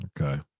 Okay